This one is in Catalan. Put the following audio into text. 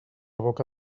boca